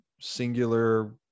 singular